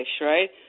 right